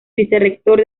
vicerrector